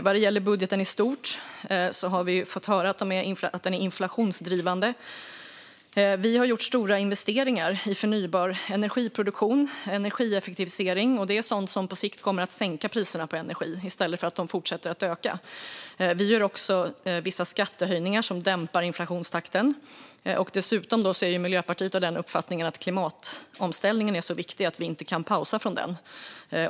Vad gäller budgeten i stort har vi fått höra att den är inflationsdrivande. Vi har gjort stora investeringar i förnybar energiproduktion och energieffektivisering, och det är sådant som på sikt kommer att sänka priserna på energi i stället för att de fortsätter att öka. Vi gör också vissa skattehöjningar som dämpar inflationstakten. Dessutom är Miljöpartiet av uppfattningen att klimatomställningen är så viktig att vi inte kan pausa den.